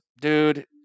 dude